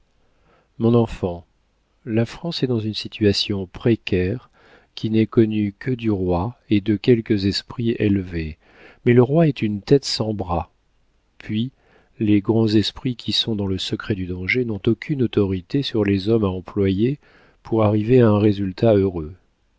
mon enfant la france est dans une situation précaire qui n'est connue que du roi et de quelques esprits élevés mais le roi est une tête sans bras puis les grands esprits qui sont dans le secret du danger n'ont aucune autorité sur les hommes à employer pour arriver à un résultat heureux